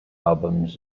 albums